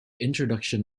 introduction